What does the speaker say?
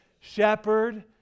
shepherd